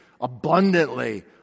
abundantly